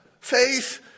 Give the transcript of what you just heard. faith